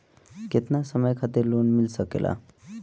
केतना समय खातिर लोन मिल सकेला?